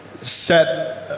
set